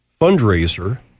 fundraiser